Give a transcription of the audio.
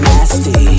Nasty